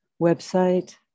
website